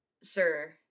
sir